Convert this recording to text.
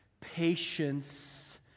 patience